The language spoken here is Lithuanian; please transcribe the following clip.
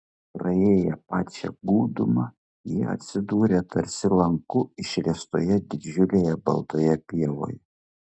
praėję pačią gūdumą jie atsidūrė tarsi lanku išriestoje didžiulėje baltoje pievoje